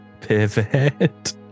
Pivot